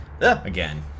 again